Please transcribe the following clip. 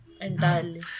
entirely